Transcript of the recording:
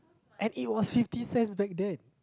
and it was fifty cents back there